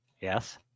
Yes